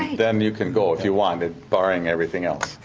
and um you can go if you want ah barring everything else.